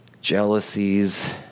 Jealousies